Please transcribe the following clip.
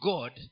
God